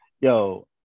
yo